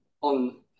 on